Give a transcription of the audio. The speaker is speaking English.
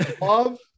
Love